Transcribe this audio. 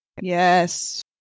Yes